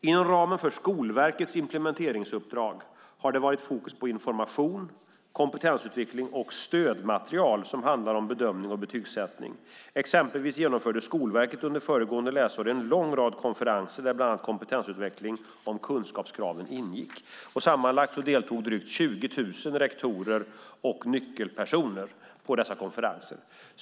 Inom ramen för Skolverkets implementeringsuppdrag har det varit fokus på information, kompetensutveckling och stödmaterial som handlar om bedömning och betygssättning. Exempelvis genomförde Skolverket under föregående läsår en rad konferenser där bland annat kompetensutveckling om kunskapskraven ingick. Sammanlagt deltog drygt 20 000 rektorer och nyckelpersoner på konferenserna.